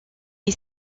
est